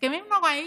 הסכמים נוראיים,